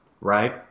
Right